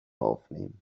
aufnehmen